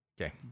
Okay